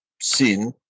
sin